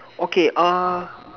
okay uh